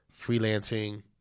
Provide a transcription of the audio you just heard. freelancing